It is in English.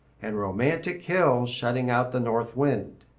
and romantic hills shutting out the north wind.